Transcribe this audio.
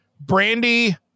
brandy